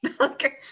Okay